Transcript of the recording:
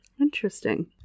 Interesting